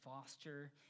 foster